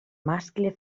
mascle